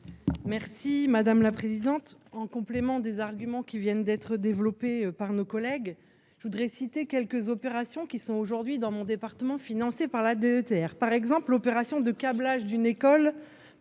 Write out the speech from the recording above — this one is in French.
Merci madame la présidente, en complément des arguments qui viennent d'être développés par nos collègues, je voudrais citer quelques opérations qui sont aujourd'hui dans mon département, financé par la de terre par exemple, l'opération de câblage d'une école